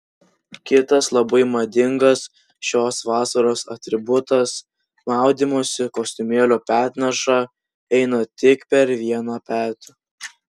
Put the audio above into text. kitas labai madingas šios vasaros atributas maudymosi kostiumėlio petneša eina tik per vieną petį